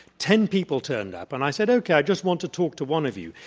ten people turned up and i said okay, i just want to talk to oneof you.